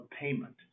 payment